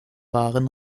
waren